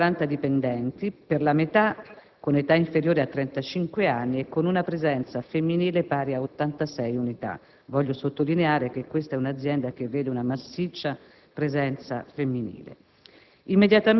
per 140 dipendenti, per la metà con età inferiore a trentacinque anni, e con una presenza femminile pari a 86 unità. Voglio sottolineare che questa è un'azienda che vede una massiccia presenza femminile.